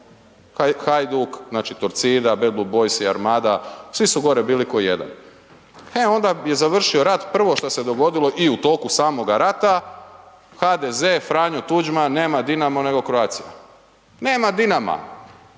Hajduk, znači Torcida, BBB, Armada, svi su gore bili ko jedan. E onda je završio rat, prvo što se dogodilo i u toku samoga rata, HDZ, Franjo Tuđman, nema Dinamo nego Croatia. Nema Dinama,